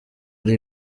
ari